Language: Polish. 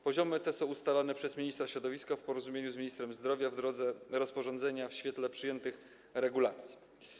Poziomy te są ustalane przez ministra środowiska w porozumieniu z ministrem zdrowia, w drodze rozporządzenia, w świetle przyjętych regulacji.